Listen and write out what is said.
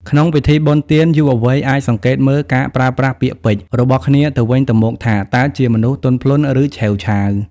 ក្នុងពិធីបុណ្យទាន យុវវ័យអាចសង្កេតមើល "ការប្រើប្រាស់ពាក្យពេចន៍" របស់គ្នាទៅវិញទៅមកថា តើជាមនុស្សទន់ភ្លន់ ឬឆេវឆាវ។